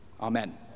Amen